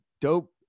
dope